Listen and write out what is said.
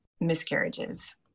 miscarriages